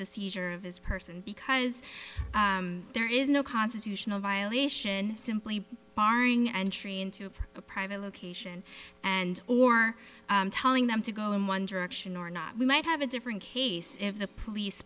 the seizure of his person because there is no constitutional violation simply barring entry into a private location and or telling them to go in one direction or not we might have a different case if the police